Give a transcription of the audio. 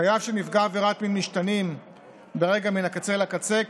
חייו של נפגע עבירת מין משתנים ברגע מן הקצה לקצה.